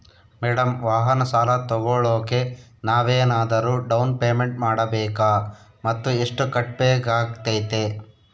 Madam ವಾಹನ ಸಾಲ ತೋಗೊಳೋಕೆ ನಾವೇನಾದರೂ ಡೌನ್ ಪೇಮೆಂಟ್ ಮಾಡಬೇಕಾ ಮತ್ತು ಎಷ್ಟು ಕಟ್ಬೇಕಾಗ್ತೈತೆ?